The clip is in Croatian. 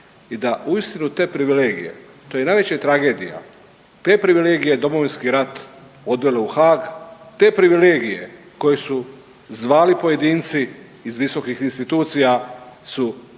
i da uistinu te privilegije, to je najveća tragedija Domovinski rat odvelo u Haag, te privilegije koje su zvali pojedinci iz visokih institucija su